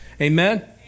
Amen